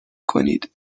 کنید